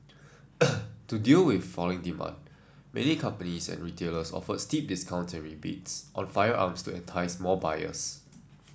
to deal with falling demand many companies and retailers offered steep discounts and rebates on firearms to entice more buyers